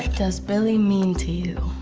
does billie mean to you?